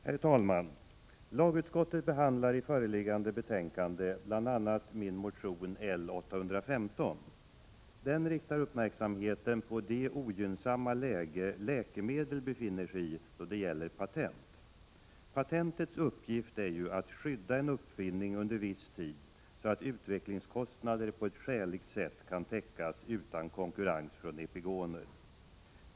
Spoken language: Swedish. Herr talman! Lagutskottet behandlar i föreliggande betänkande bl.a. min motion 1986/87:L815. I denna vill jag fästa uppmärksamheten på det ogynnsamma läge som läkemedel befinner sig i då det gäller patent. Patentets uppgift är ju att skydda en uppfinning under en viss tid, så att utvecklingskostnader på ett skäligt sätt kan täckas utan konkurrens från epigoner.